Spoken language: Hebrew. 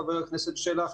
חבר הכנסת שלח,